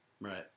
Right